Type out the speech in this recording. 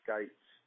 Gates